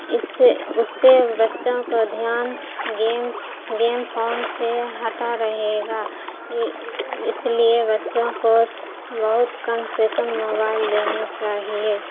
اس سے اس سے بچوں کو دھیان گیمس گیم پھون سے ہٹا رہے گا یہ اس لیے بچوں کو بہت کم سے کم موبائل دینی چاہیے